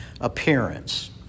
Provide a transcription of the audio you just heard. appearance